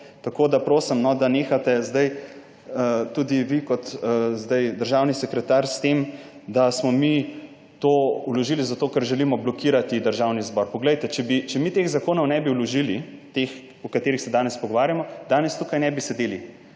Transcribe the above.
Tako da prosim, da nehate tudi vi zdaj kot državni sekretar s tem, da smo mi to vložili zato, ker želimo blokirati Državni zbor. Če mi teh zakonov ne bi vložili, teh, o katerih se danes pogovarjamo, danes tukaj ne bi sedeli.